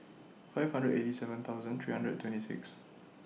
five hundred eighty seven thousand three hundred twenty six